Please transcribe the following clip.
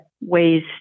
ways